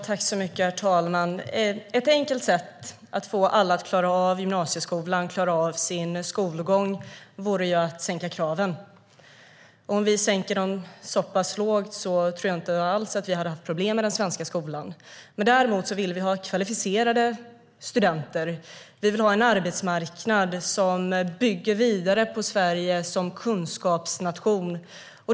Herr talman! Ett enkelt sätt att få alla att klara av gymnasieskolan och klara av sin skolgång vore att sänka kraven. Om vi sänker kraven till en ganska låg nivå tror jag inte att vi hade problem i den svenska skolan. Men vi vill ha kvalificerade studenter. Vi vill ha en arbetsmarknad som bygger vidare på Sverige som kunskapsnation.